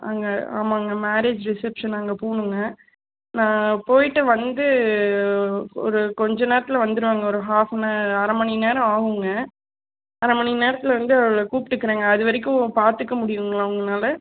அங்கே ஆமாங்க marriage reception அங்கே போகணுங்க நான் போயிட்டு வந்து ஒரு கொஞ்சம் நேரத்தில் வந்துவிடுவேங்க ஒரு ஹாஃப்ன அரை மணி நேரம் ஆகுங்க அரை மணி நேரத்தில் வந்து அவளை கூப்பிட்டுகுறேங்க அது வரைக்கும் பார்த்துக்க முடியுங்களா உங்களால்